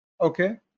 Okay